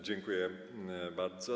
Dziękuję bardzo.